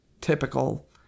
typical